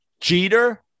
Jeter